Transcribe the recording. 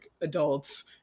adults